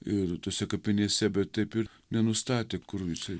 ir tose kapinėse bet taip ir nenustatė kur jisai